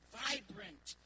vibrant